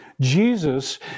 Jesus